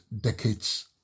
decades